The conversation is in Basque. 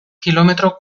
kilometro